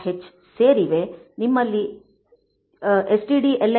hಸೇರಿವೆಎಸ್ಟಿಡಿಎಲ್ಐಬಿ